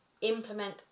implement